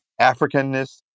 Africanness